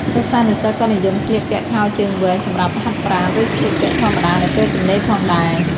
សិស្សានុសិស្សក៏និយមស្លៀកពាក់ខោជើងវែងសម្រាប់ហាត់ប្រាណ ឬស្លៀកពាក់ធម្មតានៅពេលទំនេរផងដែរ។